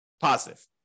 positive